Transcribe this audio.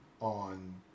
on